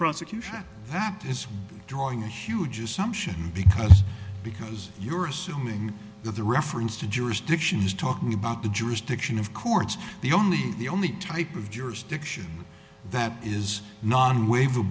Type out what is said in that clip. prosecution rap is drawing a huge assumption because because you're assuming that the reference to jurisdiction is talking about the jurisdiction of courts the only the only type of jurisdiction that is not a wave